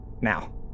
Now